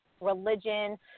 religion